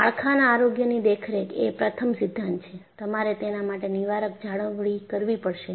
માળખાના આરોગ્યની દેખરેખ એ પ્રથમ સિદ્ધાંત છે તમારે તેના માટે નિવારક જાળવણી કરવી પડશે